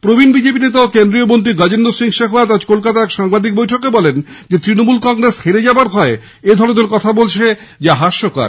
প্রবীণ BJP নেতা ও কেন্দ্রীয় মন্ত্রী গজেন্দ্র সিং শেখাওয়াত কলকাতায় আজ এক সাংবাদিক বৈঠকে বলেন তৃণমূল কংগ্রেস হেরে যাওয়ার ভয়ে এই ধরনের কথা বলছে যা হাস্যকর